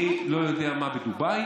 אני לא יודע מה בדובאי.